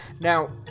now